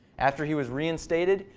after he was reinstated,